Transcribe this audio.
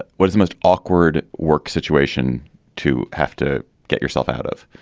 what is most awkward work situation to have to get yourself out of?